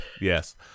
Yes